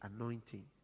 anointing